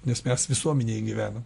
nes mes visuomenėj gyvenam